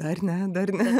dar ne dar ne